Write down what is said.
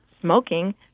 smoking